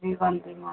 जीवन बीमा निगम